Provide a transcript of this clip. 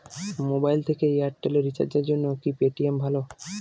Mobile থেকে Airtel এ রিচার্জের জন্য কি পেটিএম ভালো?